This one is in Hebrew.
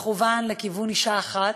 מכוון לכיוון אישה אחת,